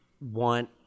want